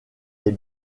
les